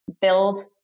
Build